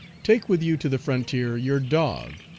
take with you to the frontier your dog,